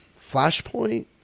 Flashpoint